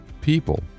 people